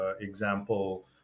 example